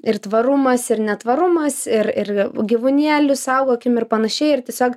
ir tvarumas ir netvarumas ir ir gyvūnėlius saugokim ir panašiai ir tiesiog